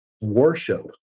worship